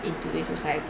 in today's society